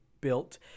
built